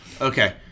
okay